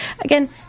again